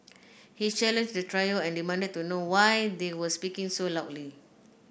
he challenged the trio and demanded to know why they were speaking so loudly